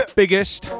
biggest